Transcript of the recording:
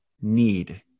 need